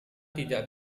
tidak